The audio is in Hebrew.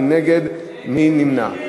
לא להצביע?